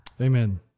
Amen